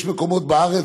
יש מקומות בארץ,